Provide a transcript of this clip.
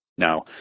Now